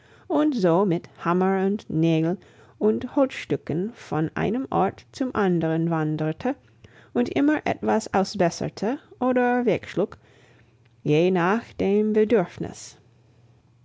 und so mit hammer und nägeln und holzstücken von einem ort zum anderen wanderte und immer etwas ausbesserte oder wegschlug je nach dem bedürfnis